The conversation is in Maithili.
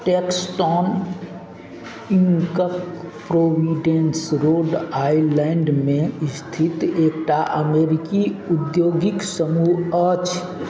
टैक्सटॉन इन्कक प्रोविडेंट रोड आइलैंडमे स्थित एकटा अमेरिकी उद्योगिक टैक्सटॉन इन्कक प्रोविडेन्स रोड आइलैण्डमे इस्थित एकटा अमेरिकी औद्योगिक समूह अछि मूह अछि